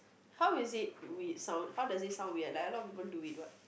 how is it weird sound how does it sound weird like a lot of people do it what